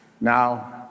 Now